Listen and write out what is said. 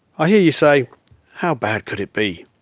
i hear you say how bad could it be?